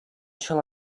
shall